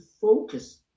focus